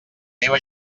meva